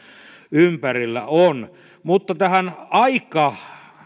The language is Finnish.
ympärillä on mutta tähän aika